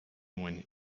when